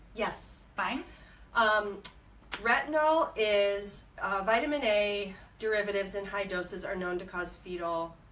yes fine um retinol is vitamin a derivatives in high doses are known to cause fetal